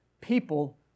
people